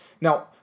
Now